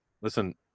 listen